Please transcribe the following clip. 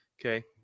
Okay